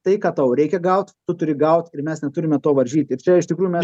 tai ką tau reikia gaut tu turi gaut ir mes neturime to varžyt ir čia iš tikrųjų mes